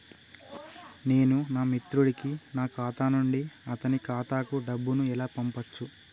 నేను నా మిత్రుడి కి నా ఖాతా నుండి అతని ఖాతా కు డబ్బు ను ఎలా పంపచ్చు?